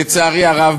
לצערי הרב,